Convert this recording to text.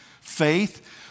faith